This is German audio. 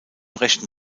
rechten